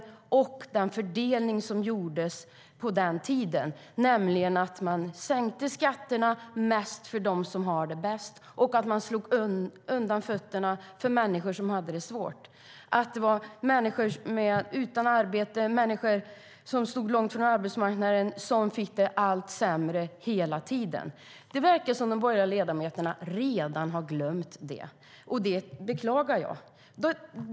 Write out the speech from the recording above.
De var trötta på den fördelning som gjordes som innebar att man sänkte skatterna mest för dem som hade det bäst och slog undan fötterna för dem som hade det svårt. Människor utan arbete och människor som stod långt från arbetsmarknaden fick det allt sämre hela tiden. Det verkar som att de borgerliga ledamöterna redan har glömt det. Det beklagar jag.